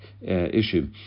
issue